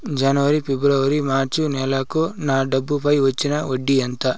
జనవరి, ఫిబ్రవరి, మార్చ్ నెలలకు నా డబ్బుపై వచ్చిన వడ్డీ ఎంత